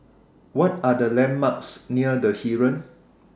What Are The landmarks near The Heeren